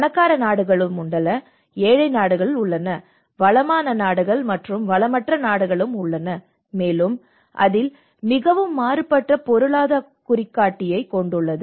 பணக்கார நாடுகள் உள்ளன ஏழை நாடுகள் உள்ளன வளமான நாடுகள் உள்ளன வளமற்ற நாடுகள் உள்ளன மேலும் அதில் மிகவும் மாறுபட்ட பொருளாதார குறிகாட்டியைக் கொண்டுள்ளது